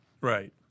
Right